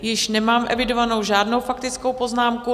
Již nemám evidovanou žádnou faktickou poznámku.